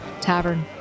tavern